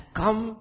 come